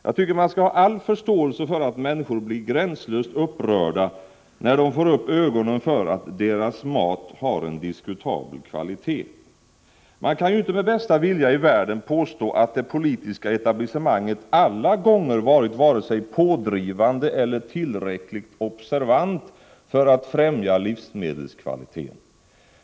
Jag tycker man skall ha all förståelse för att människor blir gränslöst upprörda när de får upp ögonen för att deras mat har en diskutabel kvalitet. Man kan ju inte med bästa vilja i världen påstå att det politiska etablissemanget alla gånger varit vare sig pådrivande eller tillräckligt observant för att främja livsmedelskvaliteten.